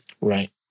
Right